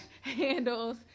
handles